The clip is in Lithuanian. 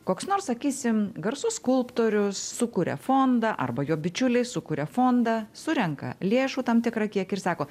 koks nors sakysim garsus skulptorius sukuria fondą arba jo bičiuliai sukuria fondą surenka lėšų tam tikrą kiekį ir sako